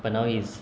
but now is